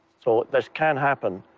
so this can happen.